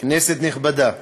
כנסת נכבדה,